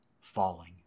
falling